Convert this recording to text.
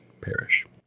perish